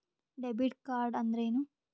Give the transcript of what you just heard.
Debit ಕಾರ್ಡ್ಅಂದರೇನು?